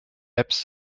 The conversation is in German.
apps